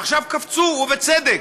ועכשיו קפצו, ובצדק,